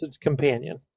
companion